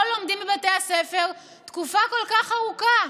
לומדים בבתי הספר תקופה כל כך ארוכה.